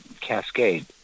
cascade